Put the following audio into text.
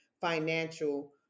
financial